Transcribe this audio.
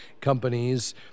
companies